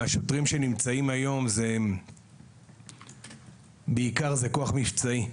השוטרים שנמצאים היום הם בעיקר כוח מבצעי.